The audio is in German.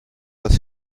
das